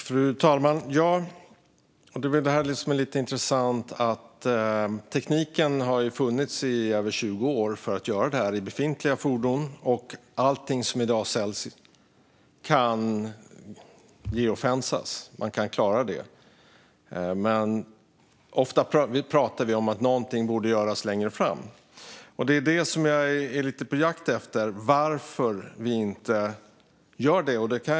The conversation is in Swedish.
Fru talman! Det är det här som är lite intressant. Tekniken för att göra det här i befintliga fordon har funnits i över 20 år. Allting som i dag säljs kan användas för geofencing. Man kan klara det. Ofta talar vi om att någonting borde göras längre fram. Det som jag är lite på jakt efter är varför vi inte gör det nu.